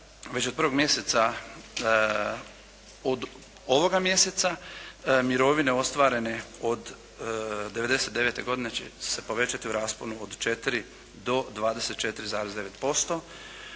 već od prvog mjeseca od ovoga mjeseca, mirovine ostvarene od 99. godine će se povećati u rasponu od 4 do 24,9%